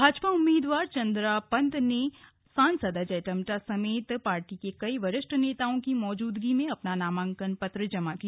भाजपा उम्मीदवार चंद्रा पंत ने सांसद अजय टम्टा समेत पार्टी के कई वरिष्ठ नेताओं की मौजूदगी में अपना नामांकन पत्र जमा किया